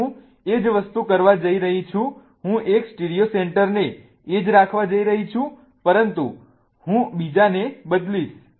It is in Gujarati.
હવે હું એ જ વસ્તુ કરવા જઈ રહી છું હું એક સ્ટીરિયો સેન્ટરને એ જ રાખવા જઈ રહી છું પરંતુ હું બીજાને બદલીશ